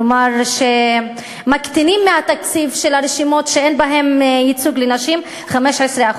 כלומר מקטינים מהתקציב של הרשימות שאין בהן ייצוג לנשים 15%,